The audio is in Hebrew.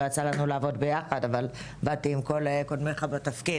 לא יצא לנו לעבוד ביחד אבל עבדתי עם כל קודמיך בתפקיד.